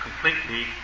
completely